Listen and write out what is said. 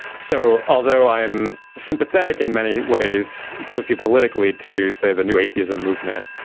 so although i am sympathetic in many ways socio-politically to, say, the new atheism movement,